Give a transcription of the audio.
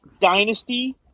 dynasty